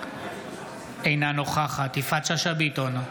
אינה נוכחת יפעת שאשא ביטון,